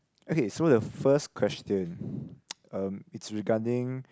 okay so the first question um it's regarding